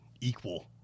equal